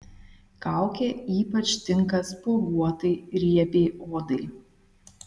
kaukė ypač tinka spuoguotai riebiai odai